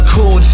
Cool